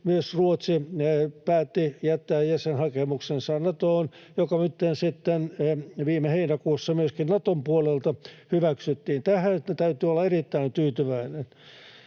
myös Ruotsi päätti jättää jäsenhakemuksensa Natoon, ja se viime heinäkuussa myöskin Naton puolelta hyväksyttiin. Tähän täytyy olla erittäin tyytyväinen.